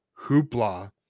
hoopla